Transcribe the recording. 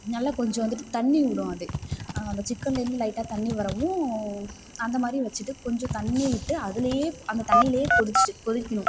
நல்லா கொஞ்சம் வந்துட்டு தண்ணீர் விடும் அது அந்த சிக்கன்லேருந்து லைட்டாக தண்ணீர் வரவும் அந்தமாதிரி வைச்சிட்டு கொஞ்சம் தண்ணீயை விட்டு அதில் அந்த தண்ணீலேயே கொதித்து கொதிக்கணும்